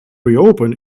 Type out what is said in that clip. reopen